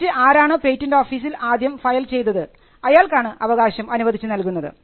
മറിച്ച് ആരാണ് പേറ്റന്റ് ആഫീസിൽ ആദ്യം ഫയൽ ചെയ്തത് അയാൾക്കാണ് അവകാശം അനുവദിച്ചു നൽകുന്നത്